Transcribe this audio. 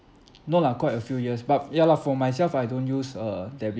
no lah quite a few years but ya lah for myself I don't use uh debit